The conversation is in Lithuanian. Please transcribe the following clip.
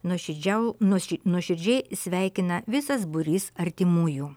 nuoširdžiau nuošir nuoširdžiai sveikina visas būrys artimųjų